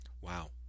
Wow